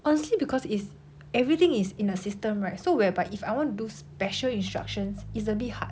honestly because it's everything is in a system right so whereby if I want to do special instructions it's a bit hard